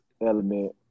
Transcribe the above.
element